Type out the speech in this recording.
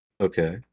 Okay